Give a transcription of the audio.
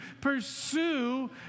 pursue